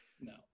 no